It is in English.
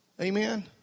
Amen